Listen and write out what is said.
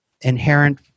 inherent